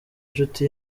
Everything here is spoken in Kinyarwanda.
nshuti